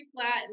Flat